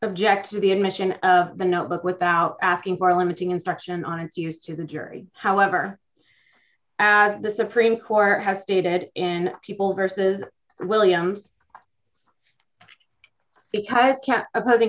object to the admission of the notebook without asking for limiting instruction on use to the jury however as the supreme court has stated in people versus williams because opposing